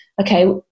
okay